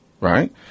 right